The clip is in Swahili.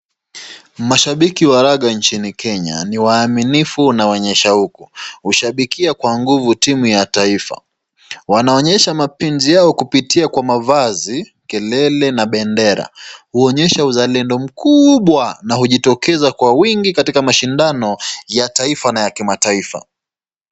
Mashabiki wa raga nchini kenya ni waaminifu na wenye shauku, hushabikia kwa nguvu timu ya taifa. Wanaonyesha mapenzi yao kupitia kwa mavazi kelele na bendera huonyesha uzalendo mkubwa na hujitokeza kwa mashindano ya kitaifa na ya kitaifa.